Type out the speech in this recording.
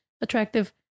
attractive